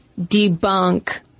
debunk